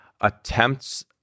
attempts